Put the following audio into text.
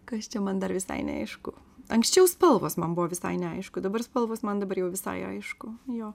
kas čia man dar visai neaišku anksčiau spalvos man buvo visai neaišku dabar spalvos man dabar jau visai aišku jo